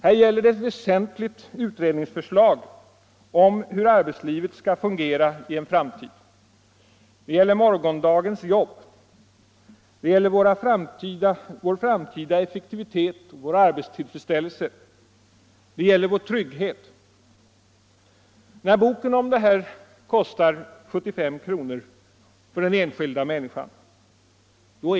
Här gäller det ett väsentligt utredningsförslag om hur arbetslivet skall fungera i en framtid. Det gäller morgondagens jobb, det gäller vår framtida effektivitet och vår arbetstillfredsställelse, det gäller vår trygghet. När boken om detta kostar den enskilda människan 75 kr.